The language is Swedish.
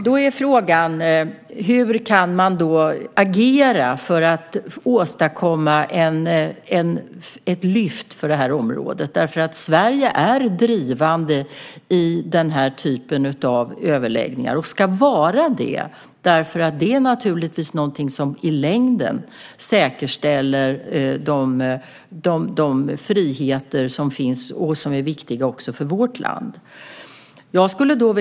Då är frågan: Hur kan man agera för att åstadkomma ett lyft för det här området? Sverige är drivande i den här typen av överläggningar, och ska vara det. Det är naturligtvis någonting som i längden säkerställer de friheter som finns och som är viktiga också för vårt land.